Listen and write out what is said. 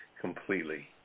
completely